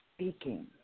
speaking